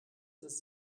das